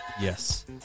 Yes